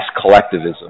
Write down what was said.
collectivism